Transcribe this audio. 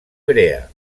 brea